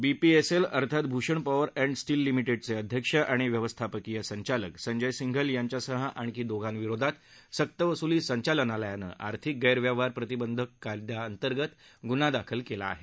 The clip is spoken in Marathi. बीपीएसएल अर्थात भूषण पॉवर अखि स्टील लिमिटेडचे अध्यक्ष आणि व्यवस्थापकीय संचालक संजय सिंघल यांच्यासह आणखी दोघांविरोधात सक्तवसुली संचालनालयानं आर्थिक गस्त्यिवहार प्रतिबंधक कायद्यांतर्गत गुन्हा दाखल केला आहे